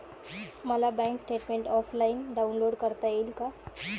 मला bank statement offline download करता येईल का?